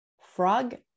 frog